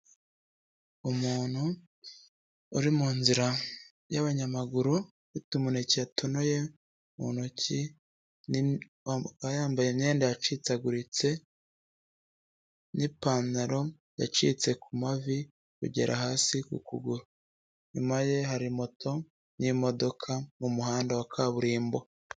Umuntu uri mu nzira y'abanyamaguru, ufite umuneke yatonoye mu ntoki, akaba yambaye imyenda yacitseguritse n'ipantaro yacitse ku mavi kugera hasi ku kuguru, inyuma ye hari moto n'imodoka mu muhanda wa kaburimbo.